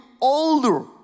older